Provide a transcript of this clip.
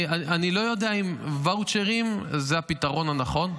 אני לא יודע אם ואוצ'רים זה הפתרון הנכון.